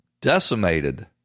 decimated